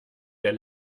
der